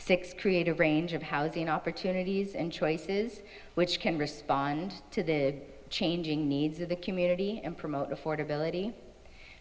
six create a range of housing opportunities and choices which can respond to the changing needs of the community and promote affordability